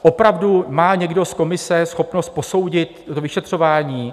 Opravdu má někdo z komise schopnost posoudit to vyšetřování?